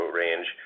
range